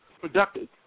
productive